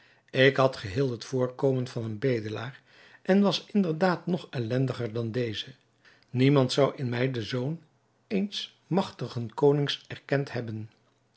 ik had geheel het voorkomen van een bedelaar en was inderdaad nog ellendiger dan deze niemand zou in mij den zoon eens magtigen konings erkend hebben